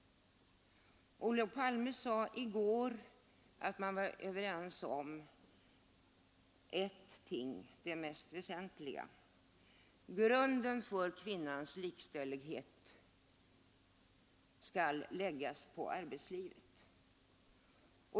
Olof Palme sade i går att man var överens om en punkt som det mest väsentliga: grunden för kvinnans likställighet skall läggas i arbetslivet.